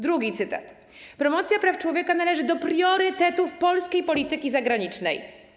Drugi cytat: Promocja praw człowieka należy do priorytetów polskiej polityki zagranicznej.